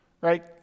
right